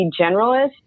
generalist